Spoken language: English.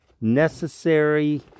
necessary